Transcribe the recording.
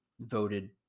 voted